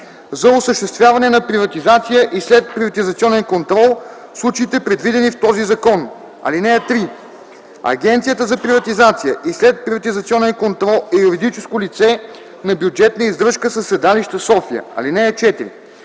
за осъществяване на приватизация и следприватизационен контрол в случаите, предвидени в този закон. (3) Агенцията за приватизация и следприватизационен контрол е юридическо лице на бюджетна издръжка със седалище София. (4)